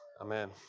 amen